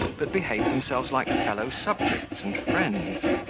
but behave themselves like fellow-subjects and friends.